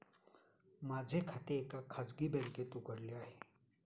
माझे खाते एका खाजगी बँकेत उघडले आहे